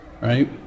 right